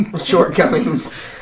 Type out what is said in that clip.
shortcomings